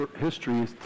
history